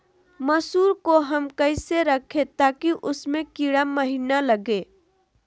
मसूर को हम कैसे रखे ताकि उसमे कीड़ा महिना लगे?